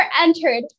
entered